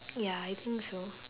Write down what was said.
ya I think so